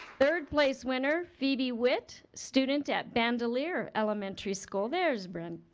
third place winner, phoebe witt, student at bandelier elementary school. there's brin.